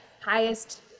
highest